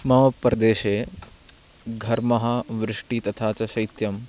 मम प्रदेशे घर्मः वृष्टि तथा च शैत्यं